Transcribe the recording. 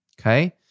Okay